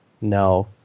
No